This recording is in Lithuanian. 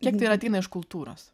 kiek tai ir ateina iš kultūros